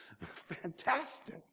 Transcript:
Fantastic